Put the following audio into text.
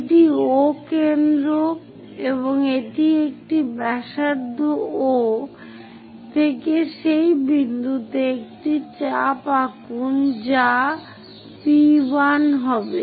এটি O কেন্দ্র এবং এটি একটি ব্যাসার্ধ O থেকে সেই বিন্দুতে একটি চাপ আকুন যা P1 হবে